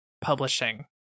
publishing